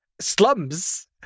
slums